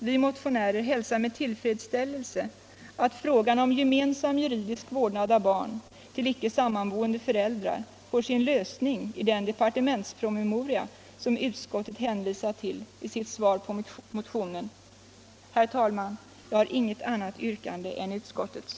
Vi motionärer hälsar med tillfredsställelse att frågan om gemensam juridisk vårdnad av barn till icke sammanboende föräldrar får sin lösning i den departementspromemoria som utskottet hänvisat till i sitt svar på motionen. Herr talman! Jag har inget annat yrkande än utskottets.